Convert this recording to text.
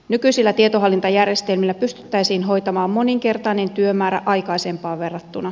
nykyisillä tietohallintajärjestelmillä pystyttäisiin hoitamaan moninkertainen työmäärä aikaisempaan verrattuna